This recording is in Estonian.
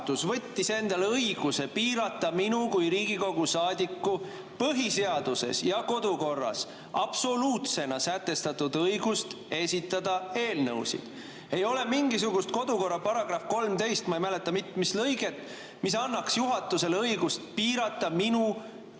võttis endale õiguse piirata minu kui Riigikogu saadiku põhiseaduses ja kodukorras absoluutsena sätestatud õigust esitada eelnõusid. Ei ole mingisugust kodukorra § 13 ma ei mäleta, mis lõiget, mis annaks juhatusele õigust piirata minu,